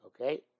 Okay